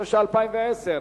התש"ע 2010,